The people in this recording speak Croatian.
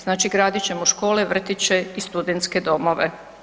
Znači, gradit ćemo škole, vrtiće i studentske domove.